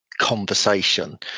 conversation